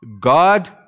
God